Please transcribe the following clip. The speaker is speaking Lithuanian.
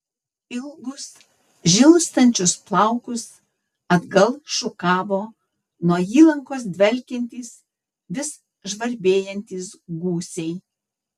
ilgus žilstančius plaukus atgal šukavo nuo įlankos dvelkiantys vis žvarbėjantys gūsiai